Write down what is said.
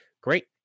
great